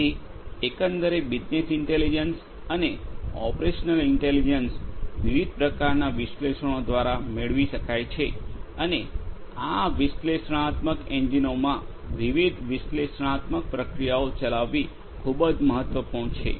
તેથી એકંદરે business intelligence અને ઓપરેશનલ ઇન્ટેલિજન્સ વિવિધ પ્રકારના વિશ્લેષણો દ્વારા મેળવી શકાય છે અને આ વિશ્લેષણાત્મક એન્જિનોમાં વિવિધ વિશ્લેષણાત્મક પ્રક્રિયાઓ ચલાવવી ખૂબ જ મહત્વપૂર્ણ છે